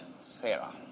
Sarah